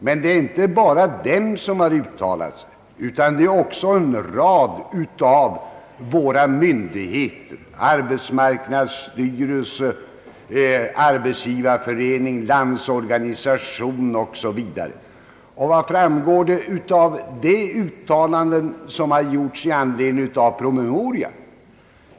Men det är inte bara kommunerna som har uttalat sig, utan också en rad av andra myn Vad framgår av de uttalanden som har gjorts i anledning av promemorian?